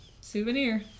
souvenir